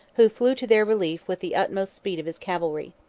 who flew to their relief with the utmost speed of his cavalry.